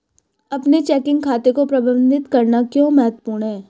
अपने चेकिंग खाते को प्रबंधित करना क्यों महत्वपूर्ण है?